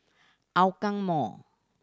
Hougang Mall